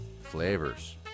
flavors